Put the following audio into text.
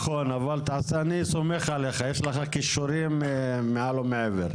אני סומך עליך, יש לך כישורים מעל ומעבר.